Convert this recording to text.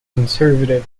conservative